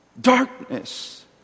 darkness